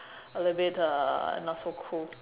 a little bit uh not so cool